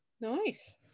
nice